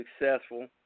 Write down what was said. successful